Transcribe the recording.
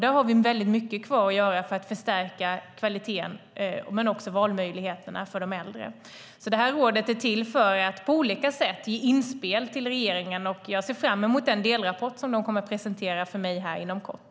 Där har vi väldigt mycket kvar att göra för att förstärka kvaliteten och valmöjligheterna för de äldre. Det här rådet är till för att på olika sätt ge inspel till regeringen. Jag ser fram emot den delrapport som de kommer att presentera för mig inom kort.